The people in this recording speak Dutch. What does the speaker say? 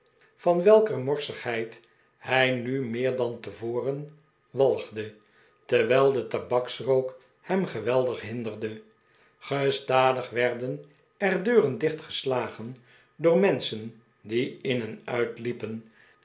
van welker morsigheid hij nu meer dan tevoren walgde terwijl de tabaksrook hem geweldig hinderde gestadig werden er deuren dichtgeslagen door menschen die in en uitliepen